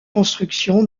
construction